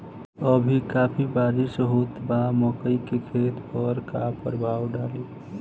अभी काफी बरिस होत बा मकई के खेत पर का प्रभाव डालि?